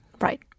Right